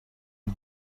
and